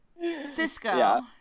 Cisco